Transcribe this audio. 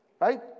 right